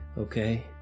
okay